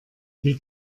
die